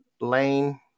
Lane